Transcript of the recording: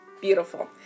beautiful